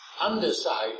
underside